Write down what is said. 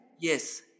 Yes